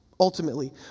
Ultimately